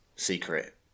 secret